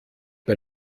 bei